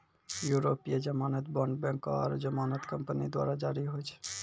यूरोपीय जमानत बांड बैंको आरु जमानत कंपनी द्वारा जारी होय छै